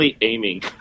aiming